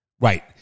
Right